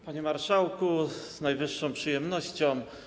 Panie marszałku, z najwyższą przyjemnością.